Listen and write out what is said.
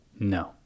No